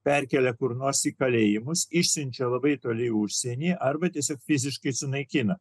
perkėlia kur nors į kalėjimus išsiunčiau labai toli į užsienį arba tiesiog fiziškai sunaikina